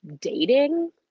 dating